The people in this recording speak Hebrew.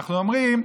אנחנו אומרים: